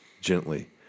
gently